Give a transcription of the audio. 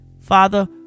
father